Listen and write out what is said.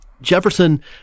Jefferson